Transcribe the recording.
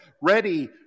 ready